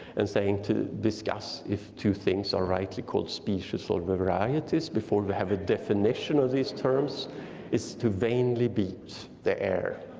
and saying to discuss if two things are rightly called species or varieties before they have a definition of these terms is to vainly beat the air.